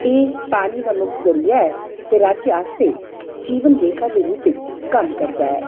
एह् पानी दा मुक्ख जरिया ऐ ते राज्य आस्तै जीवन रेखा दे रूप बिच कम्म करदा ऐ